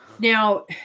Now